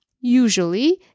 usually